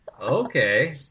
Okay